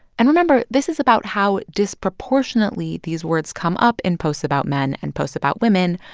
and remember, this is about how disproportionately these words come up in posts about men and posts about women,